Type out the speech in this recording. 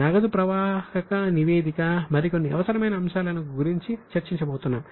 నగదు ప్రవాహక నివేదిక మరికొన్ని అవసరమైన అంశాలను గురించి చర్చించబోతున్నాం